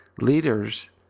Leaders